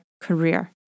career